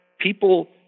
People